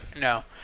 no